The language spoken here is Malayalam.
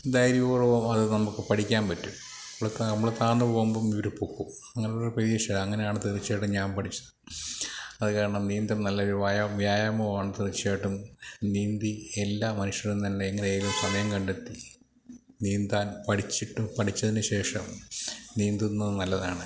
ധൈര്യപൂർവം അതു നമുക്ക് പഠിക്കാൻ പറ്റും നമ്മൾ താ നമ്മൾ താഴ്ന്നുപോകുമ്പം ഇവർ പൊക്കും അങ്ങനെയുള്ളൊരു പ്രതീക്ഷയാണ് അങ്ങനെയാണ് തീർച്ചയായിട്ടും ഞാൻ പഠിച്ചത് അതുകാരണം നീന്തൽ നല്ലൊരു വ്യായാ വ്യായാമം ആണ് തീർച്ചയായിട്ടും നീന്തി എല്ലാ മനുഷ്യരും തന്നെ എങ്ങിനെയെങ്കിലും സമയം കണ്ടെത്തി നീന്താൻ പഠിച്ചിട്ടു പഠിച്ചതിനു ശേഷം നീന്തുന്നതു നല്ലതാണ്